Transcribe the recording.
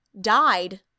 died